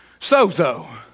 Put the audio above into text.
sozo